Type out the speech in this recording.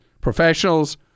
Professionals